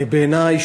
בעיני,